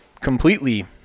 completely